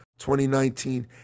2019